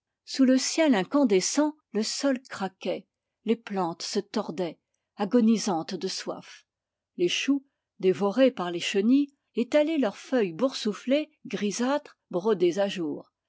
sous le ciel incandescent le sol craquait les plantes se tordaient agonisantes de soif les choux dévorés par les chenilles étalaient leurs feuilles boursouflées grisâtres brodées à jour